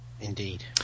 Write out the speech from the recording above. Indeed